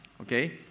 okay